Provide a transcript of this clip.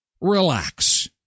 Relax